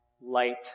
light